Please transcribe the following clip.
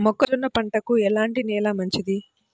మొక్క జొన్న పంటకు ఎలాంటి నేల మంచిది?